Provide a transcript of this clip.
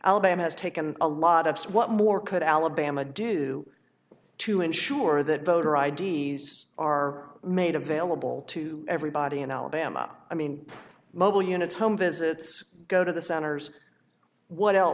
alabama has taken a lot of what more could alabama do to ensure that voter i d s are made available to everybody in alabama i mean mobile units home visits go to the centers what else